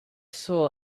saw